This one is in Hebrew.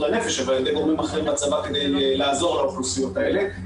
הנפש אבל על ידי גורמים אחרים בצבא כדי לעזור לאוכלוסיות האלה.